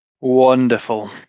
Wonderful